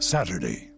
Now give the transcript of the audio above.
Saturday